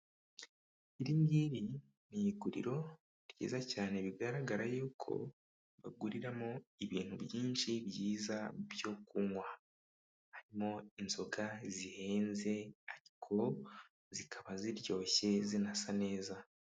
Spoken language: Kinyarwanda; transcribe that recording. Iringiri ni iguriro ryiza cyane bigaragara yuko baguriramo ibintu byinshi byiza byo kunywa. Harimo inzoga zihenze ariko zikaba ziryoshye zinasa neza.